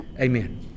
Amen